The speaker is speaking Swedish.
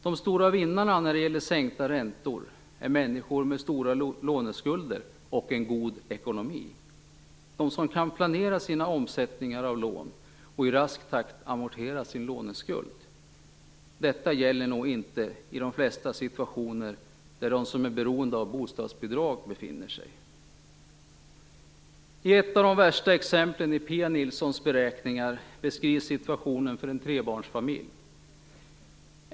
De stora vinnarna när det gäller sänkta räntor är människor med stora låneskulder och en god ekonomi, de som kan planera sina omsättningar av lån och i raskt takt amortera sin låneskuld. Detta gäller nog inte i de flesta situationer där de som är beroende av bostadsbidrag befinner sig. I ett av de värsta exemplen i Pia Nilssons beräkningar beskrivs situationen för en trebarnsfamilj.